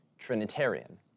trinitarian